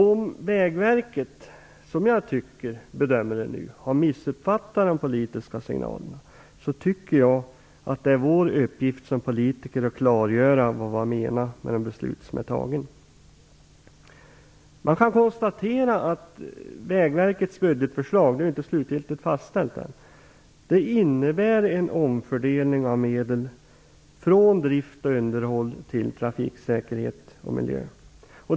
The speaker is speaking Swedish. Om Vägverket, som jag nu bedömer det, har missuppfattat de politiska signalerna är det vår uppgift som politiker att klargöra vad vi menade med de beslut som är fattade. Vägverkets budgetförslag - det är ännu inte slutgiltigt fastställt - innebär en omfördelning av medel från drift och underhåll till trafiksäkerhet och miljö.